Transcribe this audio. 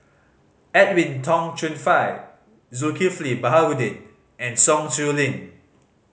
Edwin Tong Chun Fai Zulkifli Baharudin and Sun Xueling